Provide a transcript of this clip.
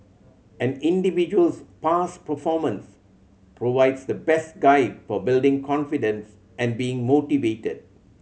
an individual's past performance provides the best guide for building confidence and being motivated